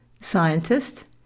scientist